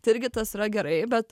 tai irgi tas yra gerai bet